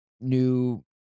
new